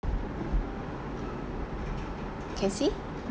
can see